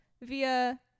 via